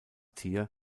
tier